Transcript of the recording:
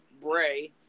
Bray